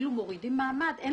אנחנו